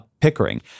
Pickering